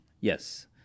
Yes